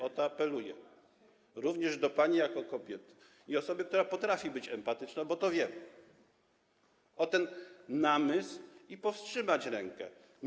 O to apeluję - również do pani jako kobiety i osoby, która potrafi być empatyczna, bo to wiemy - o ten namysł i powstrzymanie ręki.